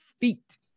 feet